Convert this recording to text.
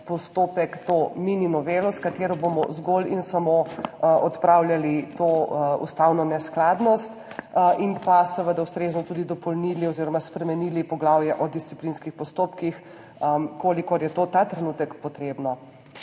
postopek to mini novelo, s katero bomo zgolj in samo odpravljali to ustavno neskladnost in seveda ustrezno tudi dopolnili oziroma spremenili poglavje o disciplinskih postopkih, kolikor je to ta trenutek potrebno.